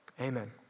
amen